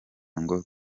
ngo